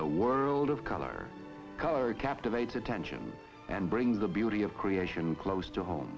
the world of color colored captivate attention and bring the beauty of creation close to home